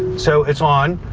so it's on.